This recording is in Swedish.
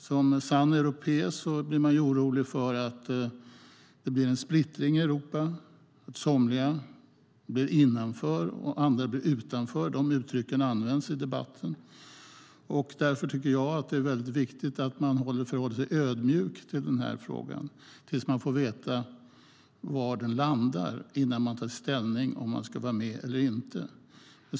Som sann europé är jag orolig för att det blir en splittring i Europa, att somliga hamnar innanför och andra utanför - de uttrycken används i debatten. Därför tycker jag att det är viktigt att vara ödmjuk inför frågan tills vi får veta var det hela landar. Först då kan vi ta ställning till om vi ska vara med eller inte.